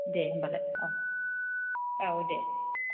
दे होम्बालाय औ औ दे